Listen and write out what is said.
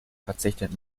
verzichtet